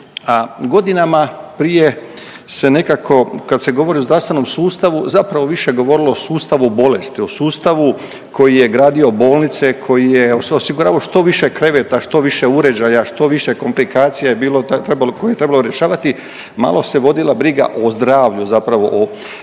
a godinama prije se nekako, kad se govori o zdravstvenom sustavu, zapravo više govorilo o sustavu bolesti, o sustavu koji je gradio bolnice, koji je osiguravao što više kreveta, što više uređaja, što više komplikacija je bilo, trebalo, koje je trebalo rješavati, malo se vodila briga o zdravlju zapravo, o